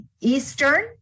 eastern